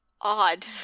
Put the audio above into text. odd